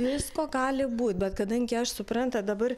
visko gali būt bet kadangi aš suprantat dabar